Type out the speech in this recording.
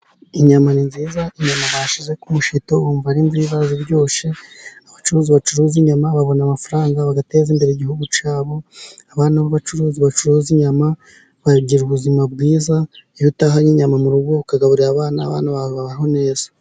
Inyama ni nziza, inyama bashyize ku mushito wumva ari nziza ziryoshye. Abacuruzi bacuruza inyama babona amafaranga, bagateza imbere igihugu cyabo. Abana b'abacuruzi bacuruza inyama bagira ubuzima bwiza. Iyo atahanye inyama mu rugo, akagaburira abana, abana babaho neza.